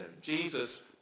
Jesus